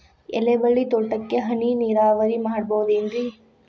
ಎಲೆಬಳ್ಳಿ ತೋಟಕ್ಕೆ ಹನಿ ನೇರಾವರಿ ಮಾಡಬಹುದೇನ್ ರಿ?